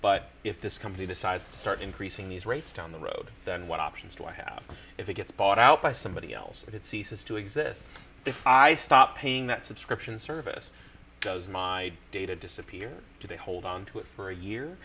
but if this company decides to start increasing these rates down the road then what options do i have if it gets bought out by somebody else but it ceases to exist if i stop paying that subscription service because my data disappear do they hold on to it for a year